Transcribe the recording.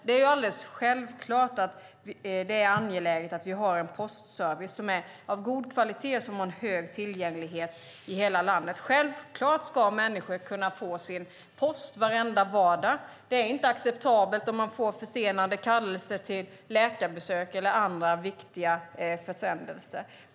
Det är alldeles självklart att det är angeläget att vi har en postservice som är av god kvalitet och har en hög tillgänglighet i hela landet. Självklart ska människor kunna få sin post varenda vardag. Det är inte acceptabelt om kallelser till läkarbesök eller andra viktiga försändelser blir försenade.